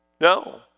No